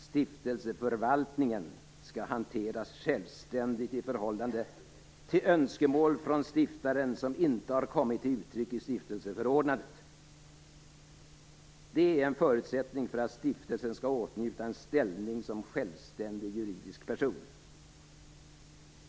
Stiftelseförvaltningen skall hanteras självständigt i förhållande till önskemål från stiftaren som inte har kommit till uttryck i stiftelseförordnandet. Detta är en förutsättning för att stiftelsen skall åtnjuta en ställning som självständig juridisk person.